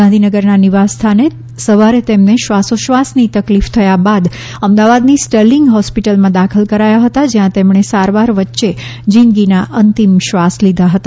ગાંધીનગરના નિવાસ સ્થાને આજે સવારે તેમને શ્વાસો શ્વાસની તકલીફ થયા બાદ અમદાવાદની સ્ટરલિંગ હોસ્પિટલમાં દાખલ કરાયા હતા જ્યાં તેમણે સારવાર વચ્ચે જિંદગીના અંતિમ શ્વાસ લીધા હતા